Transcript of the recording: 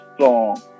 song